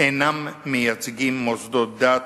אינם מייצגים מוסדות דת.